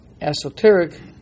esoteric